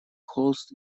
холст